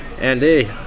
Andy